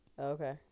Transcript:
Okay